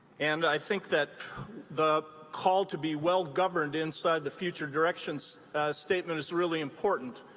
and i think that the call to be well governed inside the future directions statement is really important.